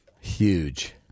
Huge